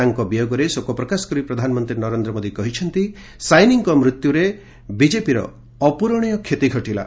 ତାଙ୍କ ବିୟୋଗରେ ଶୋକ ପ୍ରକାଶ କରି ପ୍ରଧାନମନ୍ତ୍ରୀ ନରେନ୍ଦ୍ର ମୋଦି କହିଛନ୍ତି ସାଇନିଙ୍କ ମୃତ୍ୟୁରେ ବିଜେପିର ଅଭୃତ୍ପର୍ବ କ୍ଷତି ଘଟିଲା